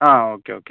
uh okay okay